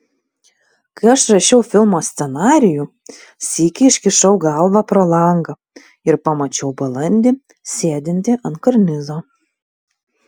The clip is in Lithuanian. kai aš rašiau filmo scenarijų sykį iškišau galvą pro langą ir pamačiau balandį sėdintį ant karnizo